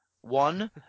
one